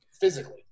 physically